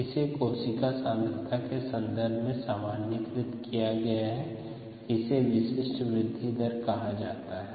इसे कोशिका सांद्रता के संबंध में सामान्यीकृत किया गया है इसे विशिष्ट वृद्धि दर कहा जाता है